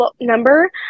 number